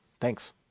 Thanks